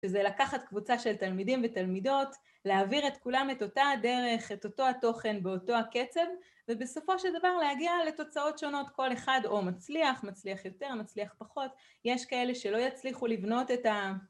שזה לקחת קבוצה של תלמידים ותלמידות, להעביר את כולם את אותה הדרך, את אותו התוכן באותו הקצב, ובסופו של דבר להגיע לתוצאות שונות, כל אחד או מצליח, מצליח יותר, מצליח פחות, יש כאלה שלא יצליחו לבנות את ה...